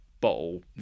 bottle